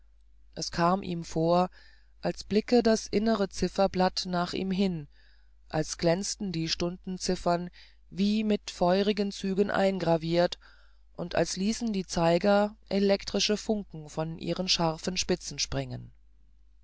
es kam ihm vor als blickte das innere zifferblatt nach ihm hin als glänzten die stundenziffern wie mit feurigen zügen eingravirt und als ließen die zeiger elektrische funken von ihren scharfen spitzen springen